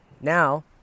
Now